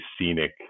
scenic